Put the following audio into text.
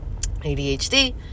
adhd